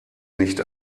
nicht